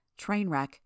Trainwreck